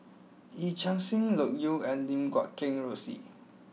Yee Chia Hsing Loke Yew and Lim Guat Kheng Rosie